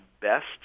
best